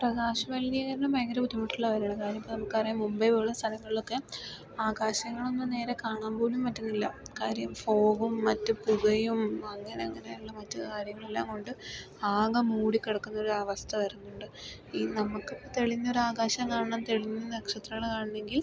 പ്രകാശ മലിനീകരണം ഭയങ്കര ബുദ്ധിമുട്ടുള്ള കാര്യമാണ് കാര്യം ഇപ്പോൾ നമുക്കറിയാം മുംബൈ പോലുള്ള സ്ഥലങ്ങളിലൊക്കെ ആകാശങ്ങളൊന്നും നേരെ കാണാൻ പോലും പറ്റുന്നില്ല കാര്യം ഫോഗ്ഗും മറ്റു പുകയും അങ്ങനങ്ങനേയുള്ള മറ്റ് കാര്യങ്ങളെല്ലാം കൊണ്ട് ആകെ മൂടിക്കിടക്കുന്ന ഒരു അവസ്ഥ വരുന്നുണ്ട് ഈ നമുക്കിപ്പോൾ തെളിഞ്ഞൊരു ആകാശം കാണണം തെളിഞ്ഞ നക്ഷത്രങ്ങള് കാണണമെങ്കിൽ